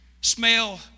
smell